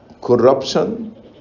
corruption